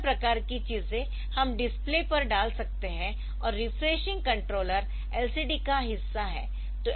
सभी विभिन्न प्रकार की चीजें हम डिस्प्ले पर डाल सकते है और रिफ्रेशिंग कंट्रोलर LCD का हिस्सा है